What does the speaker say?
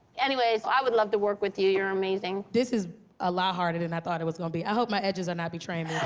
anyways, i would love to work with you. you're amazing. this is a lot harder than i thought it was gonna be. i hope my edges are not betraying